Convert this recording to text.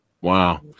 Wow